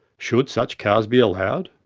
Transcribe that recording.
should such cars be allowed?